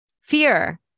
fear